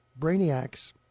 brainiacs